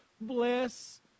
bless